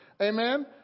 Amen